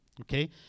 Okay